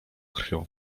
krwią